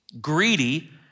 greedy